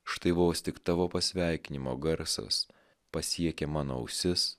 štai vos tik tavo pasveikinimo garsas pasiekė mano ausis